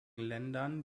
ländern